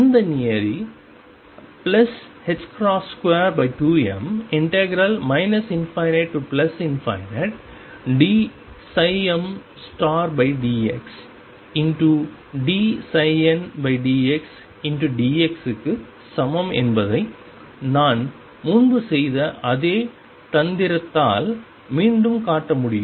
இந்த நியதி 22m ∞dmdxdndxdx க்கு சமம் என்பதை நான் முன்பு செய்த அதே தந்திரத்தால் மீண்டும் காட்ட முடியும்